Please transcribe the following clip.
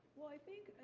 well i think,